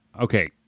Okay